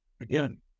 again